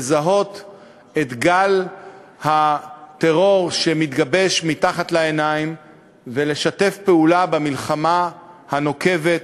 לזהות את גל הטרור שמתגבש מתחת לעיניים ולשתף פעולה במלחמה הנוקבת